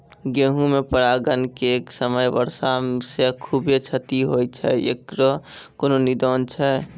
गेहूँ मे परागण के समय वर्षा से खुबे क्षति होय छैय इकरो कोनो निदान छै?